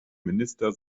minister